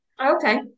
okay